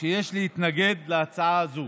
שיש להתנגד להצעה זו.